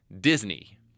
Disney